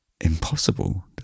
impossible